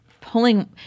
pulling